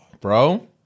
Bro